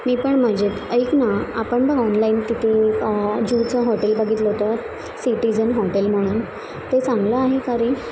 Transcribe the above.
मी पण मजेत ऐक ना आपण बघ ऑनलाईन तिथे जूहूचं हॉटेल बघितलं होतं सिटीजन हॉटेल म्हणून ते चांगलं आहे का रे